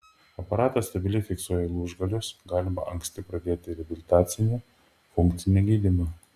aparatas stabiliai fiksuoja lūžgalius galima anksti pradėti reabilitacinį funkcinį gydymą